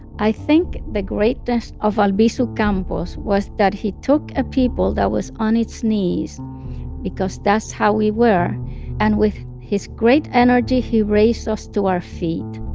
i think the greatest of of albizu campos was that he took a people that was on its knees because that's how we were and with his great energy, he raised us to our feet.